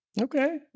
Okay